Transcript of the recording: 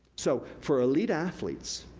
so, for elite athletes,